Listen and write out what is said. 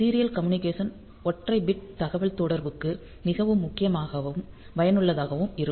serial communication ஒற்றை bit தகவல்தொடர்புக்கு மிகவும் முக்கியமாகவும் பயனுள்ளதாகவும் இருக்கும்